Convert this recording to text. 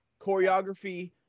Choreography